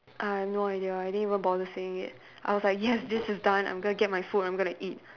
I have no idea I didn't even bother seeing it I was like yes this is done I'm gonna get my food I'm gonna eat